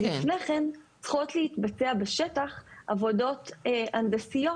לפני כן צריכות להתבצע בשטח עבודות הנדסיות